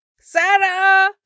Sarah